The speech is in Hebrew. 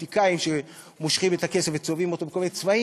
הפוליטיקאים שמושכים את הכסף וצובעים אותו בכל מיני צבעים.